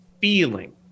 feeling